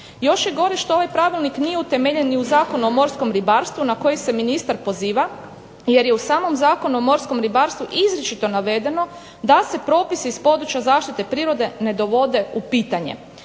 Još je gore što ovaj pravilnik nije utemeljen ni u Zakonu o morskom ribarstvu na koji se ministar poziva jer je u samom Zakonu o morskom ribarstvu izričito navedeno dal' se propisi iz područja zaštite prirode ne dovode u pitanje.